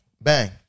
Bang